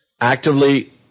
actively